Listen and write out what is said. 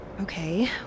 Okay